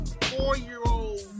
four-year-old